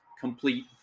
complete